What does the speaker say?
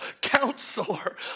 Counselor